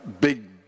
big